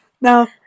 Now